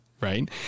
Right